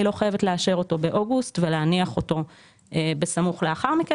היא לא חייבת לאשר אותו באוגוסט ולהניח אותו בסמוך לאחר מכן,